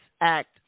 Act